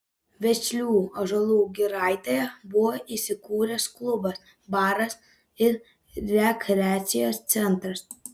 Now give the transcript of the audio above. vešlių ąžuolų giraitėje buvo įsikūręs klubas baras ir rekreacijos centras